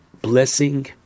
blessing